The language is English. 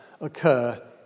occur